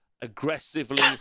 Aggressively